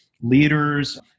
leaders